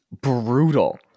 brutal